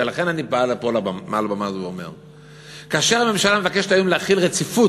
ולכן אני בא מעל במה זו ואומר: כאשר הממשלה מבקשת היום להחיל רציפות,